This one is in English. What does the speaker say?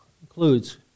includes